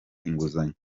inguzanyo